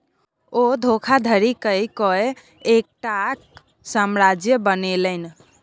ओ धोखाधड़ी कय कए एतेकटाक साम्राज्य बनेलनि